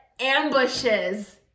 ambushes